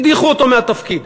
הדיחו אותו מהתפקיד.